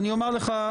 ואני אומר לך,